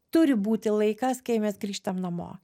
turi būti laikas kai mes grįžtam namo